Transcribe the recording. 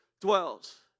dwells